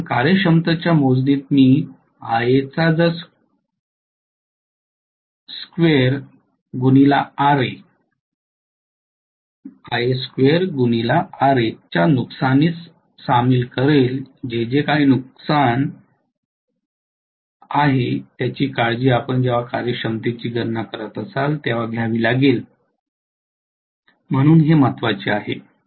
कारण कार्यक्षमतेच्या मोजणीत मी Ra च्या नुकसानीस सामील करेल जे जे काही नुकसान आहे त्याची काळजी आपण जेव्हा कार्यक्षमतेची गणना करत असाल तेव्हा घ्यावी लागेल म्हणून हे महत्वाचे आहे